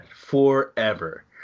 forever